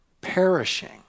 perishing